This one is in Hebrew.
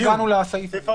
עוד לא הגענו לסעיף הזה.